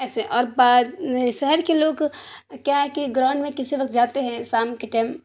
ایسے اور بات شہر کے لوگ کیا ہے کہ گراؤنڈ کسی وقت جاتے ہیں شام کے ٹیم